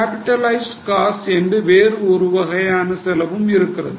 capitalised cost என்று வேறு ஒரு வகையான செலவு இருக்கிறது